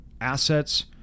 assets